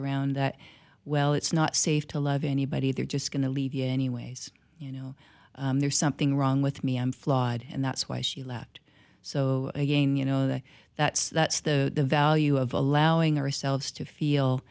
around that well it's not safe to love anybody they're just going to leave you anyways you know there's something wrong with me i'm flawed and that's why she lacked so again you know that that's that's the value of allowing ourselves to feel